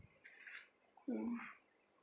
mm